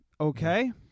Okay